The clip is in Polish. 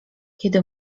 kiedy